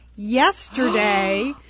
Yesterday